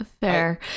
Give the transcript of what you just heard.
Fair